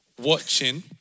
watching